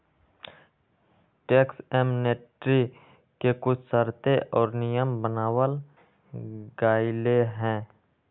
tax amnesty के कुछ शर्तें और नियम बनावल गयले है